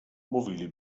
mówili